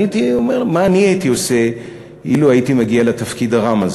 אני הייתי אומר מה אני הייתי עושה אילו הייתי מגיע לתפקיד הרם הזה.